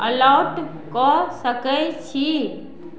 alert कऽ सकैत छी